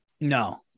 No